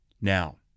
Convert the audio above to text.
Now